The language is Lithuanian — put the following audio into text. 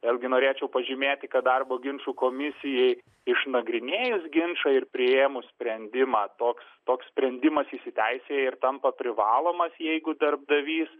vėlgi norėčiau pažymėti kad darbo ginčų komisijai išnagrinėjus ginčą ir priėmus sprendimą toks toks sprendimas įsiteisėja ir tampa privalomas jeigu darbdavys